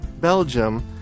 Belgium